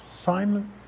Simon